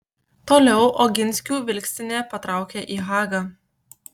toliau oginskių vilkstinė patraukė į hagą